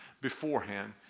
beforehand